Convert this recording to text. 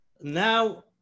Now